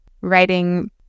writing